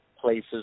places